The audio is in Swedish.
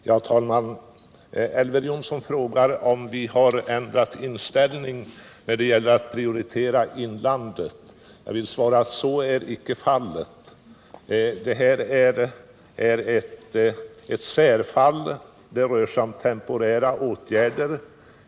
Herr talman! Elver Jonsson frågar om vi har ändrat inställning när det gäller att prioritera inlandet. Jag vill då svara, att så är icke fallet. Detta är ett särfall, och det rör sig om temporära åtgärder.